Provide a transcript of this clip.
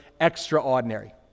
extraordinary